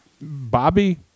Bobby